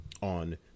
on